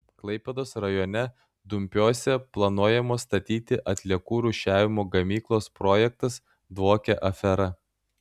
klaipėdos rajone dumpiuose planuojamos statyti atliekų rūšiavimo gamyklos projektas dvokia afera